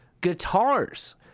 guitars